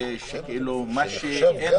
אפשרו חזרה של לימודים מדורגת בתנאים שונים.